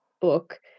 book